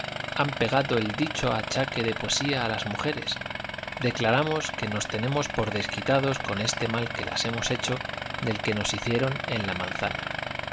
han pegado el dicho achaque de poesía a las mujeres declaramos que nos tenemos por desquitados con este mal que las hemos hecho del que nos hicieron en la manzana